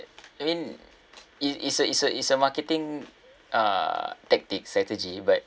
I mean it it's a it's a it's a marketing uh tactic strategy but